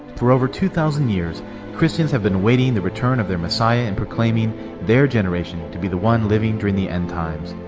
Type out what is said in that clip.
for over two thousand years christians have been awaiting the return of their messiah and proclaiming their generation to be one living during the end times.